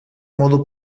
modu